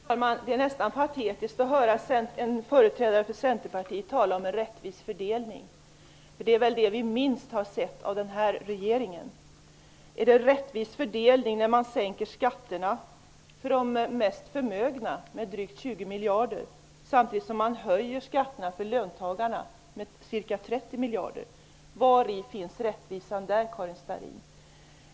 Fru talman! Det är nästan patetiskt att höra en företrädare för Centerpartiet tala om en rättvis fördelning. Det är väl det vi minst har sett något av från den nuvarande regeringen. Är det en rättvis fördelning att sänka skatterna med drygt 20 miljarder för de mest förmögna samtidigt som man höjer skatterna med ca 30 miljarder för löntagarna? Vari ligger rättvisan där, Karin Starrin?